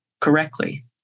correctly